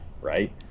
right